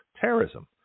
terrorism